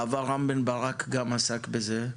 בעבר רם בן ברק גם עסק בזה,